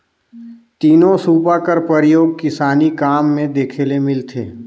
तीनो सूपा कर परियोग किसानी काम मे देखे ले मिलथे